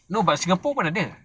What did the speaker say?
no but singapore pun ada